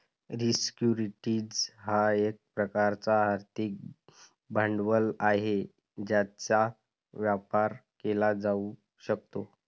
securities हा एक प्रकारचा आर्थिक भांडवल आहे ज्याचा व्यापार केला जाऊ शकतो